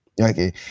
Okay